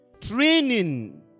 Training